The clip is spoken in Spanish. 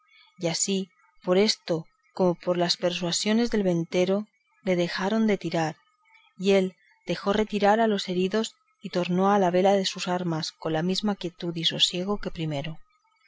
y así por esto como por las persuasiones del ventero le dejaron de tirar y él dejó retirar a los heridos y tornó a la vela de sus armas con la misma quietud y sosiego que primero